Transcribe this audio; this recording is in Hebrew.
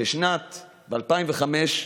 בשנת 2005,